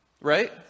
right